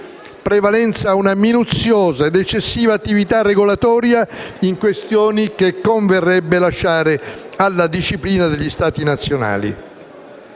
prevalenza a una minuziosa ed eccessiva attività regolatoria in questioni che converrebbe lasciare alla disciplina degli Stati nazionali.